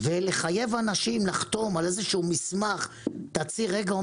לחייב אנשים לחתום על איזשהו תצהיר -- רגע,